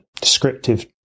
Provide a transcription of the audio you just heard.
descriptive